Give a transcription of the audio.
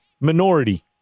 minority